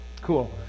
Cool